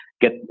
get